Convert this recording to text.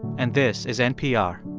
and this is npr